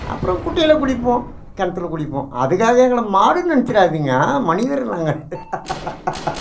அப்புறம் குட்டையில் குளிப்போம் கிணத்துல குளிப்போம் அதுக்காக எங்களை மாடுன்னு நெனைச்சிடாதீங்க மனிதர்கள் நாங்கள்